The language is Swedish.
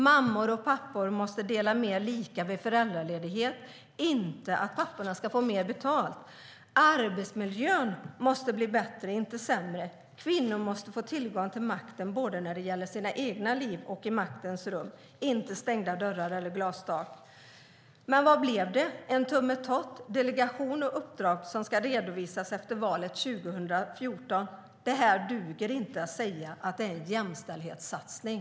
Mammor och pappor måste dela mer lika vid föräldraledighet, inte att papporna ska få mer betalt. Arbetsmiljön måste bli bättre, inte sämre. Kvinnor måste få tillgång till makten både när det gäller sina egna liv och i maktens rum, inte stängda dörrar eller glastak. Men vad blev det? Det blev en tummetott. Det blev delegation och uppdrag som ska redovisas efter valet 2014. Det duger inte att säga att det är en jämställdhetssatsning.